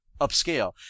upscale